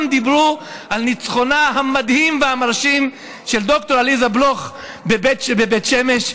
דיברו על ניצחונה המדהים והמרשים של ד"ר עליזה בלוך בבית שמש.